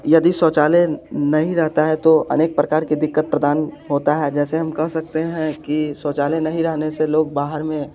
यदि शौचालय नहीं रहता है तो अनेक प्रकार के दिक्कत प्रदान होता है जैसे हम कह सकते हैं कि शौचालय नहीं रहने से लोग बाहर में